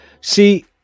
see